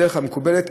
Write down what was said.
והדרך המקובלת,